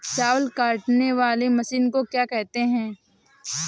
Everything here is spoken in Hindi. चावल काटने वाली मशीन को क्या कहते हैं?